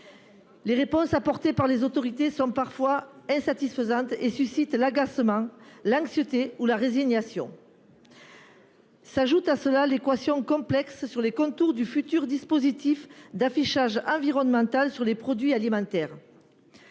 Les réponses apportées par les autorités sont parfois insatisfaisantes et suscitent l'agacement, l'anxiété ou la résignation. À cela s'ajoute l'équation complexe sur les contours du futur dispositif d'affichage environnemental sur les produits alimentaires,